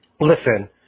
listen